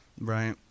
right